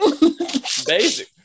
Basic